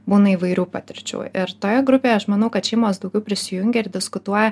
būna įvairių patirčių ir toje grupėje aš manau kad šeimos daugiau prisijungia ir diskutuoja